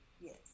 Yes